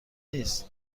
نیست